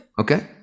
okay